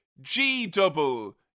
G-double